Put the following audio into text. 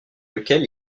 lequel